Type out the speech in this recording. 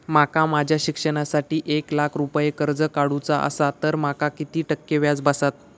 माका माझ्या शिक्षणासाठी एक लाख रुपये कर्ज काढू चा असा तर माका किती टक्के व्याज बसात?